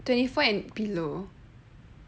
twenty four and below